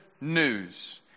news